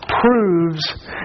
proves